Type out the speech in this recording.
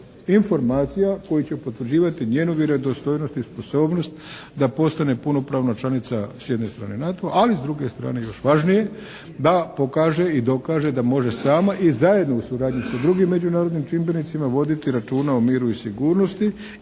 informacija koje će potvrđivati njenu vjerodostojnost i sposobnost da postane punopravna članica s jedne strane NATO-a ali s druge strane još važnije da pokaže i dokaže da može sama i zajedno u suradnji sa drugim međunarodnim čimbenicima voditi računa o miru i sigurnosti